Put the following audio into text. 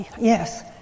Yes